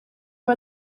aba